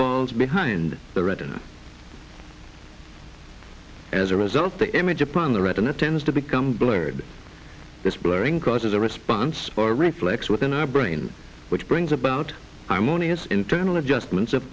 falls behind the right as a result the image upon the retina tends to become blurred this blurring causes a response or reflects within our brain which brings about our money as internal adjustments